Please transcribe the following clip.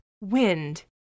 Wind